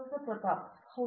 ಪ್ರತಾಪ್ ಹರಿಡೋಸ್ ಹೌದು